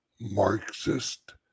Marxist